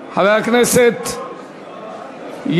חברת הכנסת עליזה